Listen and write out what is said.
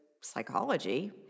psychology